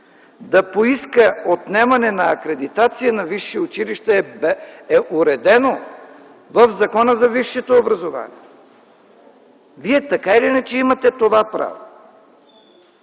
да поиска отнемане на акредитация на висше училище е уредено в Закона за висшето образование! Вие така или иначе имате това право.